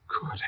Good